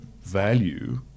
value